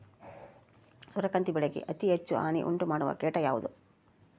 ಸೂರ್ಯಕಾಂತಿ ಬೆಳೆಗೆ ಅತೇ ಹೆಚ್ಚು ಹಾನಿ ಉಂಟು ಮಾಡುವ ಕೇಟ ಯಾವುದು?